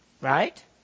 Right